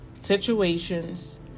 situations